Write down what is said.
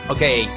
Okay